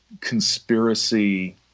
conspiracy